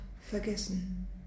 vergessen